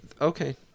Okay